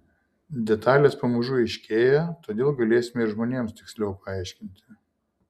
detalės pamažu aiškėja todėl galėsime ir žmonėms tiksliau paaiškinti